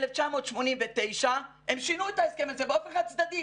ב-1989 הם שינו את ההסכם הזה באופן חד צדדי